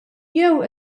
jew